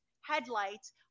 headlights